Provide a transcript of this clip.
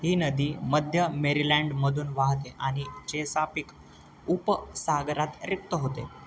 ही नदी मध्य मेरीलँडमधून वाहते आणि चेसापिक उपसागरात रिक्त होते